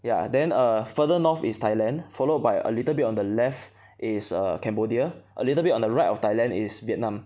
ya then err further north is Thailand followed by a little bit on the left is err Cambodia a little bit on the right of Thailand is Vietnam